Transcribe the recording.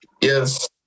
yes